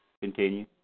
Continue